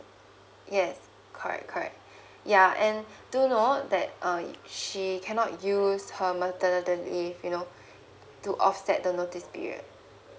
yes correct correct ya and do note that err she cannot use her maternity leave you know to offset the notice period